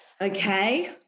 okay